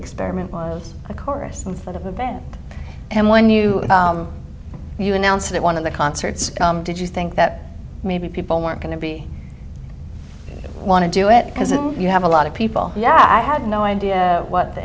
experiment was a chorus something of a band and when you you announced that one of the concerts did you think that maybe people weren't going to be want to do it because you have a lot of people yeah i had no idea what the